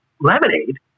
lemonade